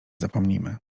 zapomnimy